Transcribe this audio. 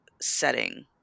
setting